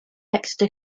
exeter